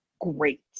great